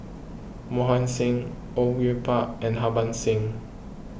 Mohan Singh Au Yue Pak and Harbans Singh